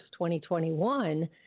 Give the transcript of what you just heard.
2021